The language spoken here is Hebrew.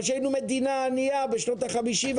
אבל כשהיינו מדינה ענייה בשנות החמישים,